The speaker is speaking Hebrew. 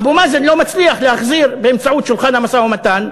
אבו מאזן לא מצליח להחזיר באמצעות שולחן המשא-ומתן,